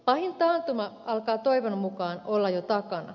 pahin taantuma alkaa toivon mukaan olla jo takana